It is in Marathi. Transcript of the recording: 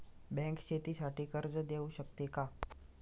बँक शेतीसाठी कर्ज देऊ शकते का?